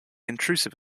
intrusive